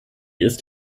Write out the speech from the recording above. ist